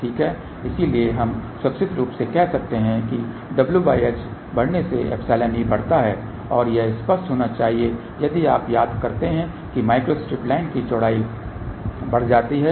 ठीक है इसलिए हम सुरक्षित रूप से कह सकते हैं कि wh बढ़ने से εe बढ़ता है और यह स्पष्ट होना चाहिए यदि आप याद करते हैं कि माइक्रोस्ट्रिप लाइन की चौड़ाई बढ़ जाती है